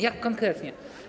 Jak konkretnie?